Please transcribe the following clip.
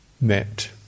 met